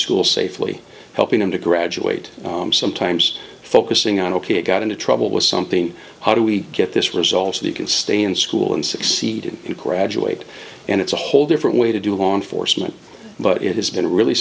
school safely helping them to graduate sometimes focusing on ok got into trouble with something how do we get this result and you can stay in school and succeed to graduate and it's a whole different way to do on foresman but it has been really